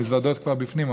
המזוודות כבר בפנים,